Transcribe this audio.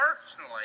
personally